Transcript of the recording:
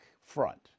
front